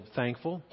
thankful